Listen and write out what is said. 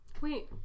Wait